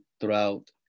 throughout